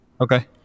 Okay